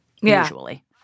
usually